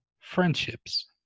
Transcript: friendships